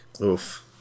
Oof